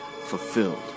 fulfilled